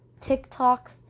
TikTok